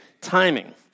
timing